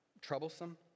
troublesome